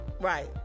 right